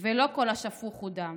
ולא כל השפוך הוא דם.